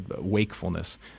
wakefulness